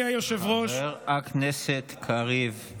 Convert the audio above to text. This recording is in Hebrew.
חבר הכנסת קריב.